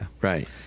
Right